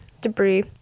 Debris